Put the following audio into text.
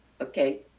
okay